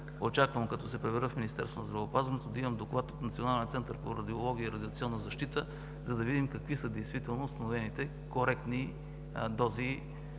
Очаквам като се прибера в Министерството на здравеопазването да имам доклад от Националния център по радиология и радиационна защита, за да видим какви са в действителност установените коректни дози